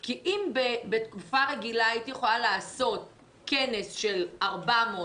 כי אם בתקופה רגילה הייתי יכולה לעשות כנס של 400,